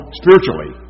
spiritually